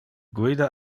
guida